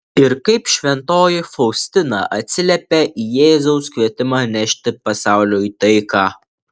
ir kaip šventoji faustina atsiliepė į jėzaus kvietimą nešti pasauliui taiką